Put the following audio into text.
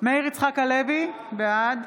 מאיר יצחק הלוי, בעד